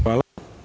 Hvala.